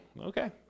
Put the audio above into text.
Okay